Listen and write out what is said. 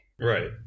Right